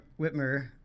Whitmer